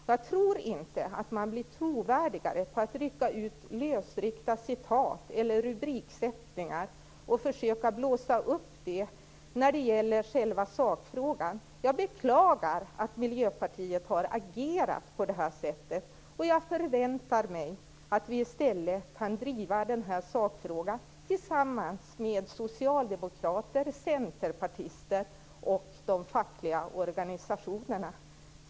Man blir inte trovärdigare i sakfrågan av att man försöker blåsa upp rubriker eller lösryckta citat. Jag beklagar att Miljöpartiet har agerat på det här sättet, och jag förväntar mig att vi i stället kan driva sakfrågan tillsammans med socialdemokrater, centerpartister och de fackliga organisationerna.